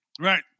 Right